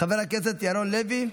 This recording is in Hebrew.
חבר הכנסת ירון לוי,